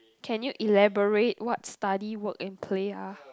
can you elaborate what study work and play are